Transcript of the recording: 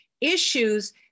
issues